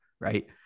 right